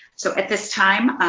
so at this time,